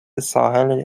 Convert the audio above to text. ساحل